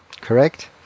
correct